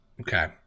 Okay